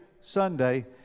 sunday